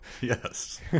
Yes